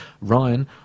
ryan